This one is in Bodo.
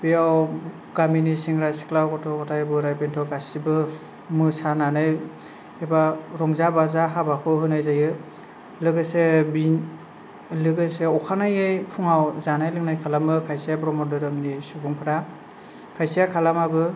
बेयाव गामिनि सेंग्रा सिख्ला गथ' गथाय बुराय बयद्ध गासिबो मोसानानै एबा रंजा बाजा हाबाखौ होनाय जायो लोगोसे बिन लोगोसे अखानायै फुंआव जानाय लोंनाय खालामो खाइसे ब्रम्ह धोरोमनि सुबुंफ्रा खायसेआ खालामा बो